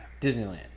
Disneyland